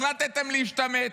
החלטתם להשתמט.